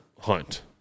hunt